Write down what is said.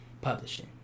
publishing